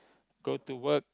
go to work